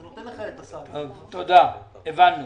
תודה, הבנו.